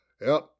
Yep